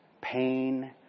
pain